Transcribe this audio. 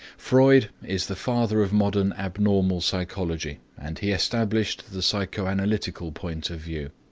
freud is the father of modern abnormal psychology and he established the psychoanalytical point of view.